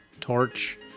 torch